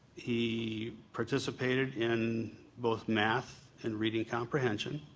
he participated in both math and reading comprehension.